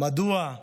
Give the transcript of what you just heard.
מדוע.